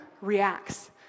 reacts